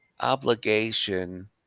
obligation